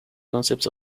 concepts